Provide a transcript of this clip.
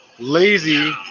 Lazy